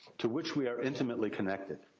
to which we are intimately connected.